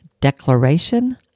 declaration